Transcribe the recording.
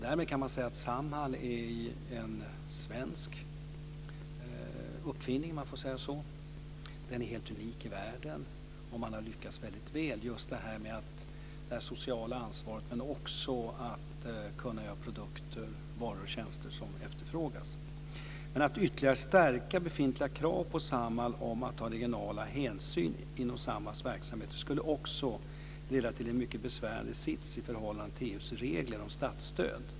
Därmed kan man säga att Samhall är en svensk uppfinning, om man får säga så. Den är helt unik i världen. Man har lyckats väl med just detta - det sociala ansvaret och att även kunna göra produkter, varor och tjänster som efterfrågas. Att ytterligare stärka befintliga krav på Samhall om att ta regionala hänsyn inom sin verksamhet skulle också leda till en mycket besvärlig sits i förhållande till EU:s regler om statsstöd.